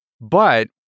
But-